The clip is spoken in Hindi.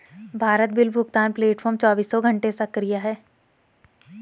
भारत बिल भुगतान प्लेटफॉर्म चौबीसों घंटे सक्रिय है